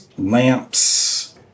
Lamps